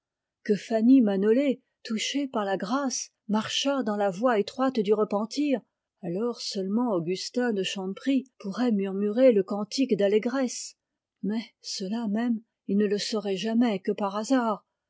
que fanny manolé touchée par la grâce marchât dans la voie étroite du repentir alors seulement augustin de chanteprie pourrait murmurer le cantique d'allégresse mais cela même il ne le saurait jamais que par hasard